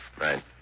Right